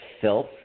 filth